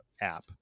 app